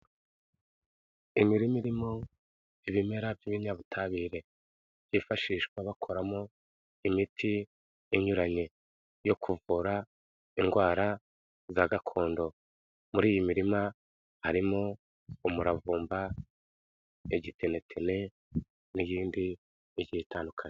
Imirima irimo ibimera by'ibinyabutabire, byifashishwa bakoramo imiti inyuranye yo kuvura indwara za gakondo muri iyi mirima harimo umuravumba, egitenetene, n'iyindi igiye itandukanye.